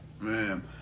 Man